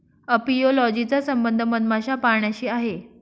apiology चा संबंध मधमाशा पाळण्याशी आहे